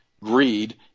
greed